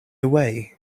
away